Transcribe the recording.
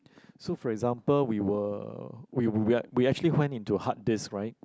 so for example we were we we we actually went into hard disk right